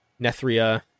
Nethria